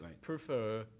prefer